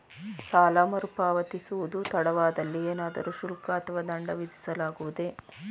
ಸಾಲ ಮರುಪಾವತಿಸುವುದು ತಡವಾದಲ್ಲಿ ಏನಾದರೂ ಶುಲ್ಕ ಅಥವಾ ದಂಡ ವಿಧಿಸಲಾಗುವುದೇ?